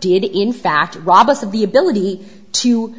did in fact rob us of the ability to